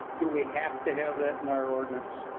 do we have to have that in our ordinance?